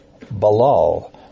balal